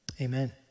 amen